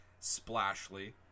Splashly